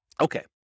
Okay